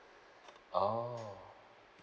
oh